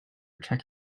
check